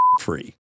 free